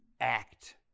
act